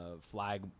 flag